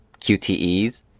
QTEs